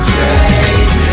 Crazy